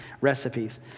recipes